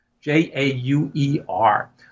J-A-U-E-R